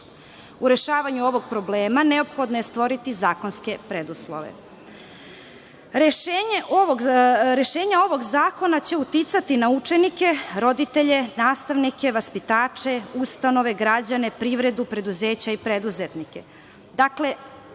U rešavanju ovog problema neophodno je stvoriti zakonske preduslove. Rešenje ovog zakona će uticati na učenike, roditelje, nastavnike, vaspitače, ustanove, građane, privredu, preduzeća i preduzetnike. Dakle,